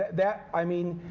that, i mean,